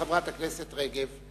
לחברת הכנסת רגב.